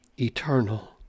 eternal